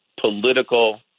political